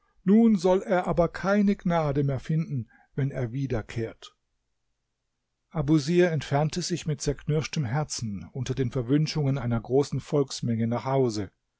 nun soll er aber keine gnade mehr finden wenn er wiederkehrt abusir entfernte sich mit zerknirschtem herzen unter den verwünschungen einer großen volksmenge nach hause